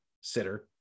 sitter